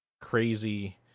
crazy